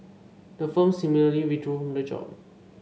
the firm similarly withdrew from the job